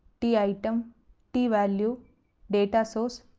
titem tvalue datasource,